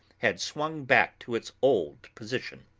had swung back to its old position.